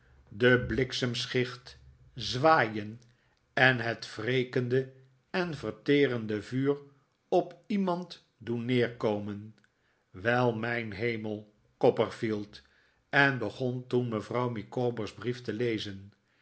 den bliksemschicht zwaaien en het wrekende en verterende vuur op iemand doen neerkomen wei mijn hemel copperfield en begon toen mevrouw micawber's brief te lezen